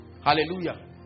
Hallelujah